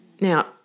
Now